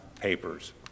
papers